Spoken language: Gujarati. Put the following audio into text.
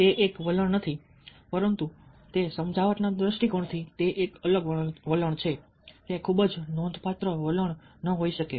તે એક વલણ નથી પરંતુ તે સમજાવટના દૃષ્ટિકોણથી તે એક વલણ છે તે ખૂબ નોંધપાત્ર વલણ ન હોઈ શકે